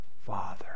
Father